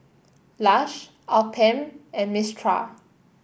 Lush Alpen and Mistral